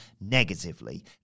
negatively